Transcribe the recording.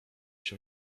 się